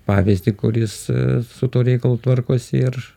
pavyzdį kuris su tuo reikalu tvarkosi ir